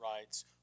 rights